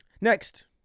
next